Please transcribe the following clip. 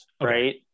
right